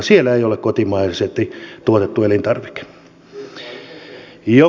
siellä ei ole kotimaisesti tuotettu elintarvike